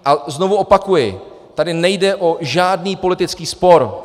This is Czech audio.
A znovu opakuji, tady nejde o žádný politický spor.